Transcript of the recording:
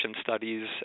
studies